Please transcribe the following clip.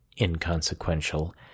inconsequential